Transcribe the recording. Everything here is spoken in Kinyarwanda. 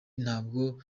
ntabwo